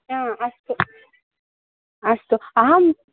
अस्तु अस्तु अहं